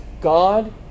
God